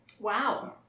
Wow